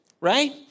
right